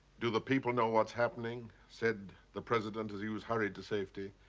do the people know what's happening? said the president as he was hurried to safety.